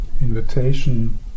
invitation